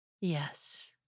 Yes